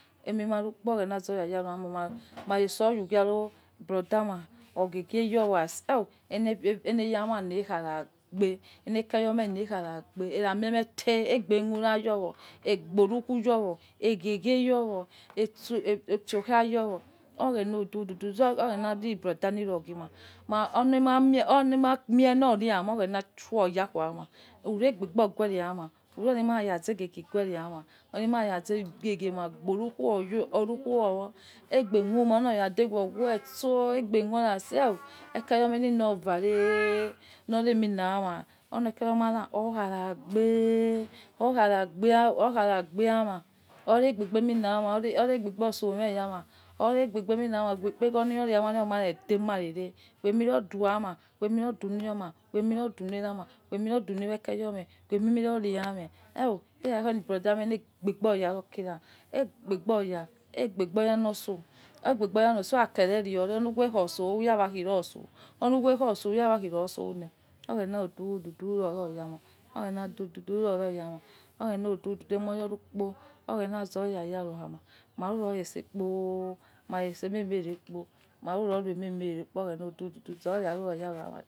Emi ma ukpo oghena zoya yaro yama maltse yoghua ro brother ma ogheghe yawo as eneyama erara gbe elekeyomena akhamgbe tey egbe khurayowo ougbo rughu egbo rughuyowo igheghe yowo disukha yo. oo oghena odududi oghena zi brother liyo ghena oli ma mie no areama oghena siuyo yakhoma uregbe gure auma elima ghoza ghye gye egbe khuma oloya kha dregwe oso aigbe oso oh eh ker home hina oh eivare ho reme na ama olekeyome oikhara gbe oikhara gbe ama oregbe miama eregbebi osome yama eregbebi miama khui ekpeghoro no ne alma mare de mare re ghue yui ro duama ghu miro dui iyoma ghu miro duni era ghu miro cheni ekeyome ghu miro duame. Oh eh! Iyare oh brother me egbebe oya re egbebe oya loso aikere re ulughe kho ose lohi seh ohighe khi oo sora loso leh. Oghena odu dudu iroro yama oghena odududu aimo oya nikpo razo re yaro yama mai rukhuyo ecin ememe ire re kpo izoya ikho yao ama.